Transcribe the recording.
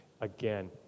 again